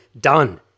done